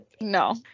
no